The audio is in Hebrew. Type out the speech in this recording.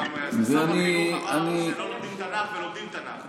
גם שר החינוך אמר שלא לומדים תנ"ך ולומדים תנ"ך,